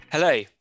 Hello